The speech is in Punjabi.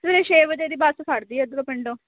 ਸਵੇਰੇ ਛੇ ਵਜੇ ਦੀ ਬੱਸ ਫੜ੍ਹਦੀ ਇੱਧਰੋਂ ਪਿੰਡੋਂ